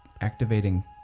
activating